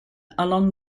along